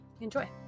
Enjoy